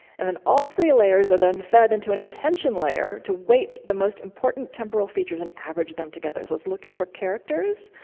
and then all three layers are then fed into an attention layer to weight the most important temporal features and average them together. so it's looking for characters,